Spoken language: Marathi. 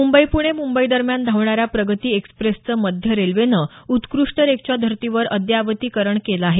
मुंबई प्णे मुंबई दरम्यान धावणाऱ्या प्रगती एक्सप्रेसचं मध्य रेल्वेनं उत्कृष्ट रेकच्या धर्तीवर अद्ययावतीकरण केलं आहे